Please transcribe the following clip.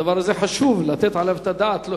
הדבר הזה, חשוב לתת עליו את הדעת.